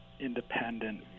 independent